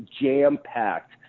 jam-packed